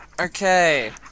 Okay